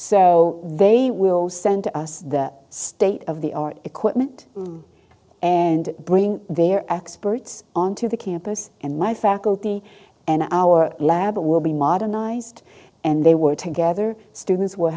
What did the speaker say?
so they will send us the state of the art equipment and bring their experts on to the campus and my faculty and our lab will be modernized and they were together students will